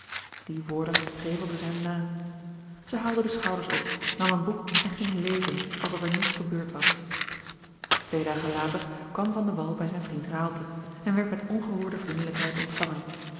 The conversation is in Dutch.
die woorden prevelde zij hem na zij haalde de schouders op nam een boek en ging lezen alsof er niets gebeurd was twee dagen later kwam van de wall bij zijn vriend raalte george een ongeluksvogel en werd met ongehoorde vriendelijkheid ontvangen